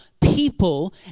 people